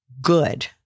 good